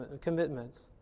commitments